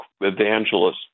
evangelists